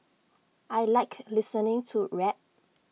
I Like listening to rap